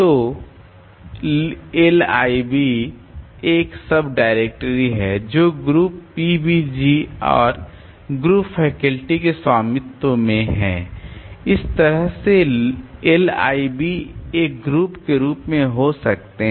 तो लिब एक subdirectory है जो ग्रुप pbg और ग्रुप फैकल्टी के स्वामित्व में है इस तरह से लिब एक ग्रुप के रूप में हो सकते हैं